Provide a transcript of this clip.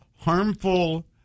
harmful